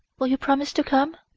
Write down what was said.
will you promise to come?